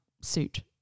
suit